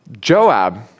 Joab